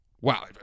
Wow